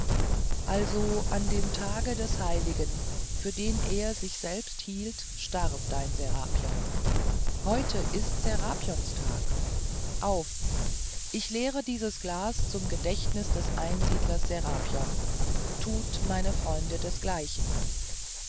also an dem tage des heiligen für den er sich selbst hielt starb dein serapion heute ist se rapionstag auf ich leere dieses glas zum gedächtnis des einsiedlers serapion tut meine freunde desgleichen